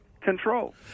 control